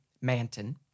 Manton